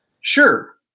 Sure